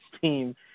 team